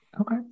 Okay